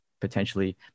potentially